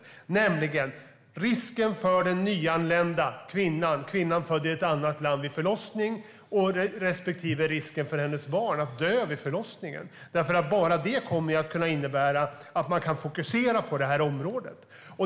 Det gäller risken för den nyanlända kvinnan - kvinnan som är född i ett annat land - att dö vid förlossningen respektive risken för hennes barn att dö. Bara det kommer nämligen att innebära att man kan fokusera på det här området.